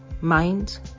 mind